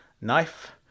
knife